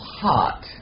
hot